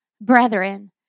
brethren